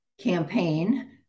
campaign